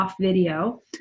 video